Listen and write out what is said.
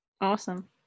Awesome